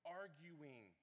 arguing